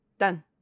Done